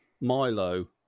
Milo